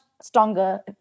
stronger